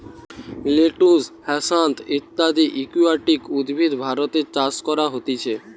lettuce, হ্যাসান্থ ইত্যদি aquatic উদ্ভিদ ভারতে চাষ করা হতিছে